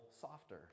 softer